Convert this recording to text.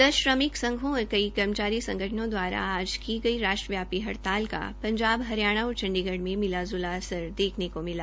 दस श्रमिक संघों और कई कर्मचारियों संगठनों दवारा आज की गई राष्ट्र व्यापी हड़ताल का पंजाब हरियाणा और चंडीगढ़ में मिलाजूला असर देखने को मिला